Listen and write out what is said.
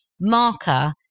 marker